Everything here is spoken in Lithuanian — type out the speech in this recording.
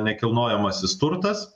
nekilnojamasis turtas